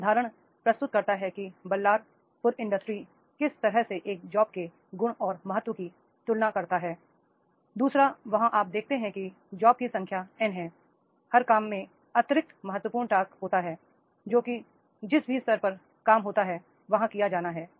यह उदाहरण प्रस्तुत करता है कि बल्लारपुर इंडस्ट्री किस तरह से एक जॉब के गुण और महत्व की तुलना करता है दू सरा वहां आप देखते हैं कि जॉब्स की संख्या एन है हर काम में अत्यधिक महत्वपूर्ण टास्क होता है जो कि जिस भी स्तर पर काम होता है वहां किया जाना है